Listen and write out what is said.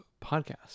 Podcast